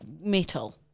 metal